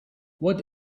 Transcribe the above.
what